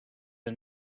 and